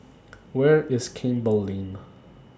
Where IS Campbell Lane